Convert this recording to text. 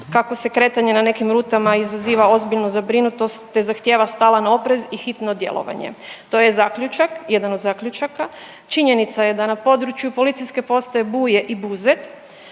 kako se kretanje na nekim rutama izaziva ozbiljnu zabrinutost te zahtijeva stalan oprez i hitno djelovanje. To je zaključak, jedan od zaključaka, činjenica je da na području PP Buje i Buzet